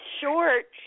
short